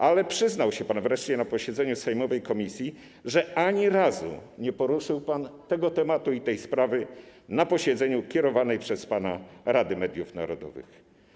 Ale przyznał się pan wreszcie na posiedzeniu sejmowej komisji, że ani razu nie poruszył pan tego tematu i tej sprawy na posiedzeniu kierowanej przez pana Rady Mediów Narodowych.